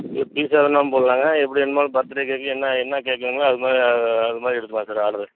இல்லை பீஸாக வேணுன்னாலும் போட்டுலாங்க எப்படி வேணுமோ பர்த்டே கேக்கு என்ன என்ன கேக்கு வேணுங்களோ அது மா அது மாதிரி எடுக்கலாம் சார் ஆட்ரு